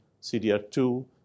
CDR2